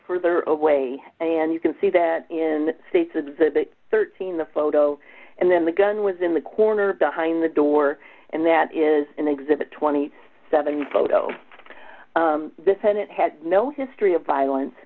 further away and you can see that in the state's exhibit thirteen the photo and then the gun was in the corner behind the door and that is in exhibit twenty seven photo defendant had no history of violence